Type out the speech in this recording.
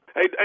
Hey